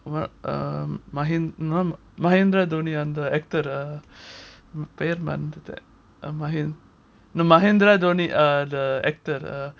மஹிந்திரா டோனி அந்த:mahindra doni andha the actor பேர் மறந்துட்டேன் Mahindra Dhoni maranthuten mahindra dhoni no mahindra dhoni uh the actor uh